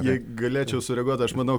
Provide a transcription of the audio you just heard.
jei galėčiau sureaguot aš manau